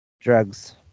Drugs